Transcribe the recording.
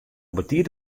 betiid